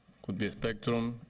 could be spectrum,